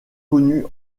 connus